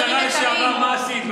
חברים יקרים,